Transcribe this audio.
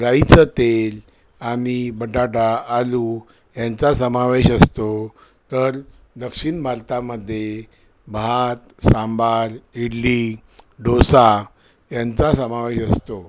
राईचं तेल आणि बटाटा आलू यांचा समावेश असतो तर दक्षिण भारतामध्ये भात सांबार इडली डोसा यांचा समावेश असतो